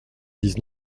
dix